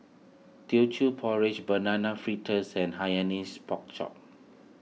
Teochew Porridge Banana Fritters and Hainanese Pork Chop